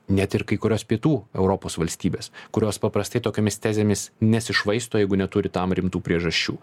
net ir kai kurios pietų europos valstybės kurios paprastai tokiomis tezėmis nesišvaisto jeigu neturi tam rimtų priežasčių